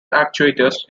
actuators